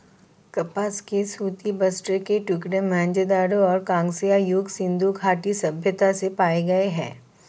कपास के सूती वस्त्र के टुकड़े मोहनजोदड़ो और कांस्य युग सिंधु घाटी सभ्यता से पाए गए है